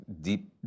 deep